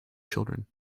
children